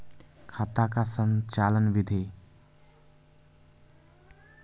खाता का संचालन बिधि?